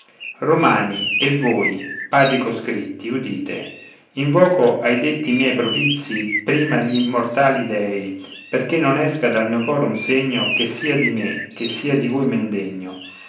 romani e voi padri coscritti udite invoco ai detti miei propizi prima gl'immortali dèi perché non esca dal mio cor un segno che sia di me che sia di voi men degno